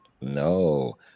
No